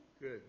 Good